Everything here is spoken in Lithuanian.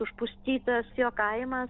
užpustytas jo kaimas